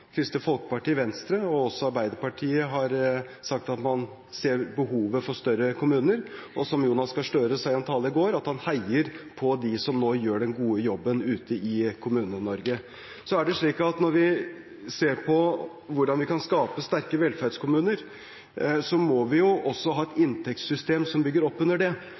Kristelig Folkeparti, Venstre og også Arbeiderpartiet har sagt at man ser behovet for større kommuner – Jonas Gahr Støre sa i en tale i går at han heier på dem som nå gjør den gode jobben ute i Kommune-Norge. Når vi ser på hvordan vi kan skape sterke velferdskommuner, må vi også ha et inntektssystem som bygger opp under det.